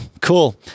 cool